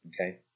okay